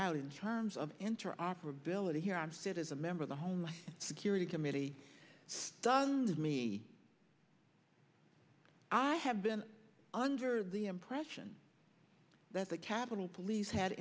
out in terms of interoperability here i'm sit as a member of the homeland security committee does me i have been under the impression that the capitol police had